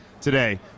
today